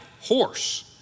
horse